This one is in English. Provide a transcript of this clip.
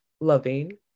loving